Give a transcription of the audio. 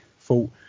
thought